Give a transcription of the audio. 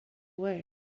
away